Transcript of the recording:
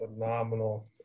phenomenal